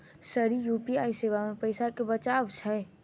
Sir UPI सेवा मे पैसा केँ बचाब छैय?